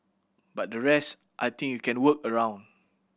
but the rest I think you can work around